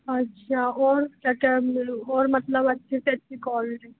अच्छा और क्या क्या बोलूँ और मतलब अच्छे से अच्छी क्वल